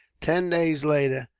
ten days later,